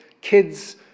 kids